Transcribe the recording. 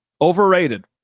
overrated